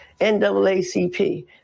naacp